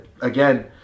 again